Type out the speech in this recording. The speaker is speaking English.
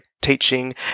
teaching